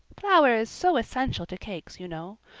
flour is so essential to cakes, you know.